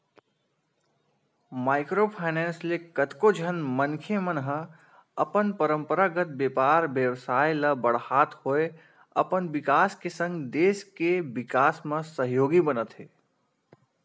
micro finance ले कतको झन मनखे मन ह अपन पंरपरागत बेपार बेवसाय ल बड़हात होय अपन बिकास के संग देस के बिकास म सहयोगी बनत हे